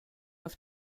auf